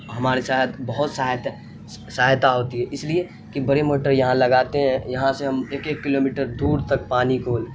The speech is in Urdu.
ہمارے ساتھ بہت سہایتا سہایتا ہوتی ہے اس لیے کہ بڑی موٹر یہاں لگاتے ہیں یہاں سے ہم ایک ایک کلو میٹر دور تک پانی کو